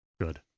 good